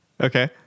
Okay